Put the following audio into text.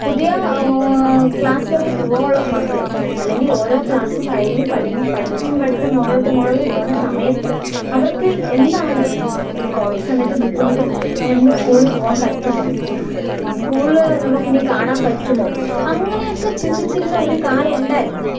പുതിയ ക്ലാസ്സിലോട്ട് പോവാനുള്ള മക്കള് അല്ലെങ്കിൽ ഓരോ ക്ലാസും കഴിഞ്ഞ് പഠി പഠിചും പഠിത്തം മുകളിലോട്ട് മുകളിലോട്ട് പോകുന്ന സമയത്ത് അവർക്ക് എന്താണ് ഈ കോവിഡ് സമയത്ത് ബുദ്ധിമുട്ട് നമുക്ക് സ്കൂളിൽ പോകാൻ പറ്റുമോ സ്കൂള് നമുക്കിനി കാണാൻ പറ്റുമോ അങ്ങനെയൊക്കെ ചിന്തിച്ചിരുന്ന ഒരു കാലം ഉണ്ടായിരുന്നു